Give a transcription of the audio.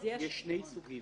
יש שני סוגים.